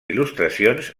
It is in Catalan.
il·lustracions